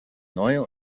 neue